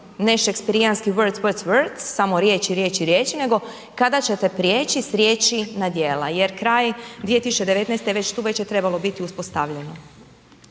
ne šekspirijanski words, words, words, samo riječi, riječi, riječi nego kada ćete prijeći s riječi na djela jer kraj 2019. je već tu već je trebalo biti uspostavljeno?